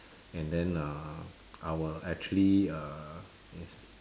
and then (uh)I will actually err is